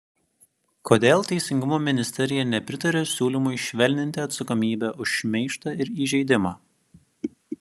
kodėl teisingumo ministerija nepritaria siūlymui švelninti atsakomybę už šmeižtą ir įžeidimą